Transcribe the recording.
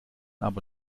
aber